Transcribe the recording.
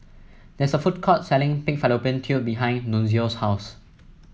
there is a food court selling Pig Fallopian Tube behind Nunzio's house